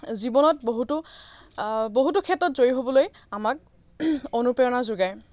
জীৱনত বহুতো বহুতো ক্ষেত্ৰত জয়ী হ'বলৈ আমাক অনুপ্ৰেৰণা যোগায়